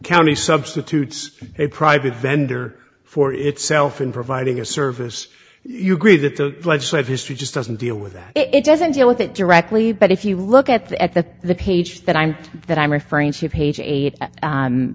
county substitutes a private vendor for itself and providing your service you agree that the legislative history just doesn't deal with that it doesn't deal with it directly but if you look at the at the the page that i'm that i'm referring to page eight